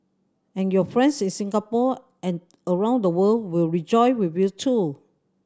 and your friends in Singapore and around the world will rejoice with you too